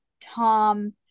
Tom